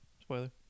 Spoiler